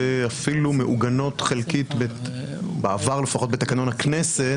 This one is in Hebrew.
אפילו מעוגנות חלקית בעבר לפחות בתקנון הכנסת,